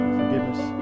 forgiveness